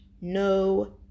No